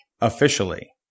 officially